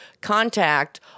contact